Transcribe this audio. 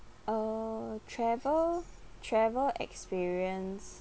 uh travel travel experience